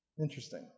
Interesting